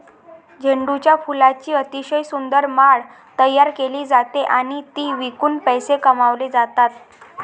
झेंडूच्या फुलांची अतिशय सुंदर माळ तयार केली जाते आणि ती विकून पैसे कमावले जातात